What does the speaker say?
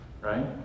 right